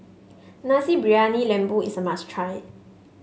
Nasi Briyani Lembu is a must try